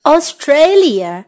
Australia